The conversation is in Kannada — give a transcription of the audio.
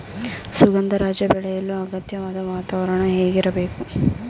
ಸುಗಂಧರಾಜ ಬೆಳೆಯಲು ಅಗತ್ಯವಾದ ವಾತಾವರಣ ಹೇಗಿರಬೇಕು?